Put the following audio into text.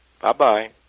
Bye-bye